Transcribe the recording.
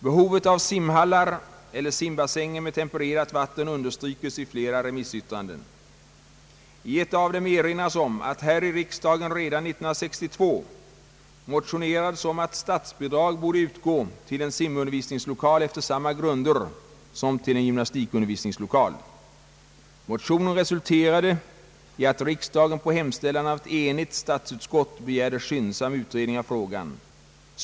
Behovet av simhallar eller simbassänger med tempererat vatten understrykes i flera remissyttranden. I ett av dem erinras om att här i riksdagen motionerades redan 1962 om att statsbidrag borde utgå till en simundervisningslokal efter samma grunder som till en gymnastikundervisningslokal. Motionen resulterade i att riksdagen på hemställan av ett enigt statsutskott begärde skyndsam utredning av frågan.